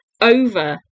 over